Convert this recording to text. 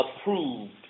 approved